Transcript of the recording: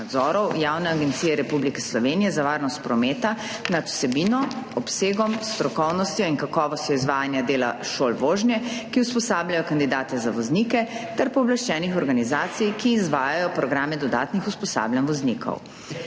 nadzorov Javne agencije Republike Slovenije za varnost prometa nad vsebino, obsegom, strokovnostjo in kakovostjo izvajanja dela šol vožnje, ki usposabljajo kandidate za voznike, ter pooblaščenih organizacij, ki izvajajo programe dodatnih usposabljanj voznikov.